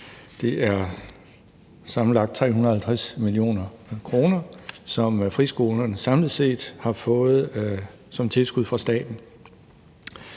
det er 350 mio. kr., som friskolerne samlet set har fået som tilskud fra staten.